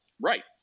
Right